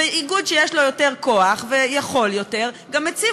איגוד שיש לו יותר כוח ויכול יותר גם מציב